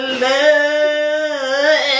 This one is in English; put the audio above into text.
love